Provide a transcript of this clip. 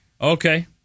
Okay